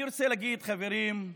אני רוצה להגיד, חברים,